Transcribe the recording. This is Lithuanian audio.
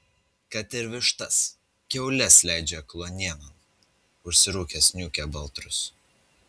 kad ir vištas kiaules leidžia kluonienon užsirūkęs niūkia baltrus